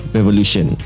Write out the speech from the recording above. Revolution